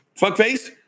fuckface